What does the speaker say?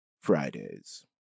Fridays